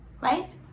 right